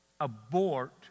abort